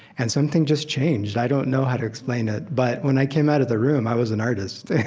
and something just changed. i don't know how to explain it. but when i came out of the room, i was an artist